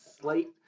slate